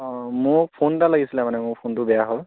অ' মোক ফোন এটা লাগিছিল মানে মোৰ ফোনটো বেয়া হ'ল